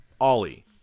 Ollie